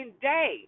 day